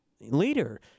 leader